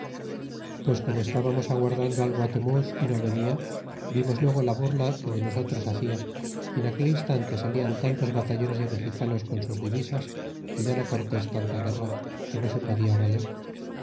pues como estbamos aguardando a gua temo y no venia vimos luego la burla quede nosotros hada y en aquel instante salian tantos batallones de mexicanos con sus di isas y dan cortes tanta guerra que no se podia valer